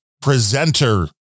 presenter